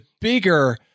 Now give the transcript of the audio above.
bigger